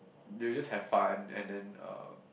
they will just have fun and then uh